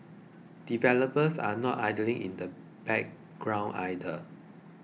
developers are not idling in the background either